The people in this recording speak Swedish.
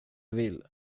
vill